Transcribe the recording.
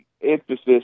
emphasis